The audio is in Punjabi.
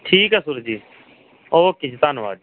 ਠੀਕ ਹੈ ਸੂਰਜ ਜੀ ਓਕੇ ਜੀ ਧੰਨਵਾਦ